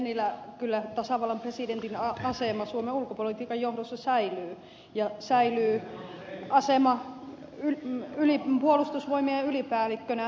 tennilä kyllä tasavallan presidentin asema suomen ulkopolitiikan johdossa säilyy ja säilyy asema puolustusvoimien ylipäällikkönä myös